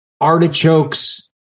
artichokes